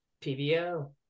PBO